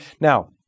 Now